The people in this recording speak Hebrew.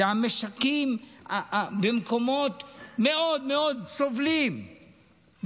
זה המשקים במקומות מאוד מאוד סובלים,